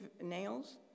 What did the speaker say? nails